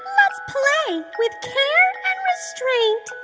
let's play with care and restraint